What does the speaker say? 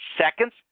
seconds